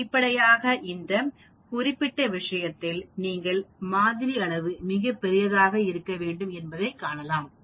வெளிப்படையாக இந்த குறிப்பிட்ட விஷயத்தில் நீங்கள் மாதிரி அளவு மிகப் பெரியதாக இருக்க வேண்டும் என்பதைக் காணலாம்